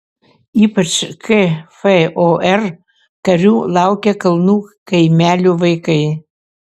ypač kfor karių laukia kalnų kaimelių vaikai